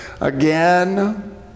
again